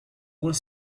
moins